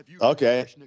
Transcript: Okay